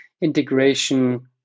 integration